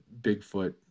Bigfoot